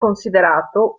considerato